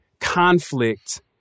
conflict